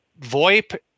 VoIP